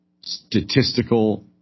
statistical